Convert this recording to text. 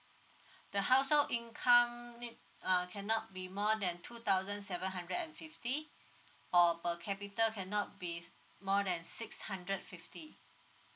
the household income need uh cannot be more than two thousand seven hundred and fifty or per capita cannot be more than six hundred fifty